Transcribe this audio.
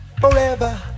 forever